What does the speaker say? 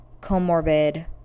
comorbid